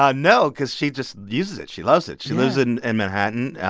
ah no, because she just uses it. she loves it. she lives in and manhattan.